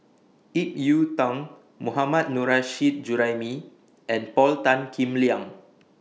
Ip Yiu Tung Mohammad Nurrasyid Juraimi and Paul Tan Kim Liang